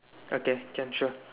okay can sure